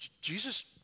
Jesus